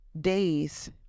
days